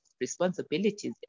responsibilities